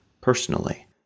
personally